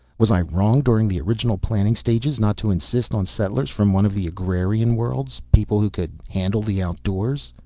was i wrong during the original planning stages not to insist on settlers from one of the agrarian worlds? people who could handle the outdoors.